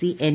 C N